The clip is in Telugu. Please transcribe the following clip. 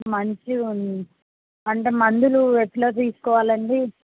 మంచిగా అంటే మందులు ఎట్లా తీసుకోవాలండి